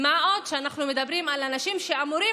מה עוד שאנחנו מדברים על אנשים שאמורים